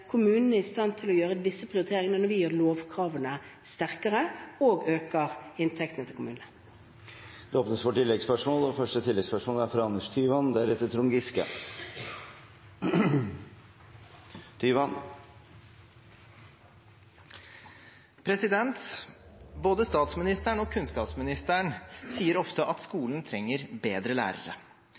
er i stand til å gjøre disse prioriteringene når vi gjør lovkravene sterkere og øker inntektene til kommunene. Det åpnes for oppfølgingsspørsmål – først Anders Tyvand. Både statsministeren og kunnskapsministeren sier ofte at skolen trenger bedre lærere,